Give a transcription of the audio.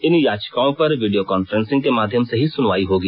इन याचिकाओं पर video conferencing के माध्यम से ही सुनवाई होगी